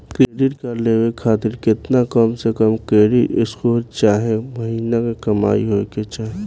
Credit card लेवे खातिर केतना कम से कम क्रेडिट स्कोर चाहे महीना के कमाई होए के चाही?